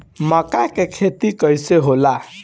मका के खेती कइसे होला?